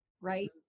right